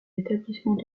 établissements